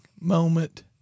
moment